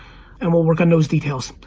and we'll work on those details.